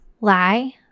lie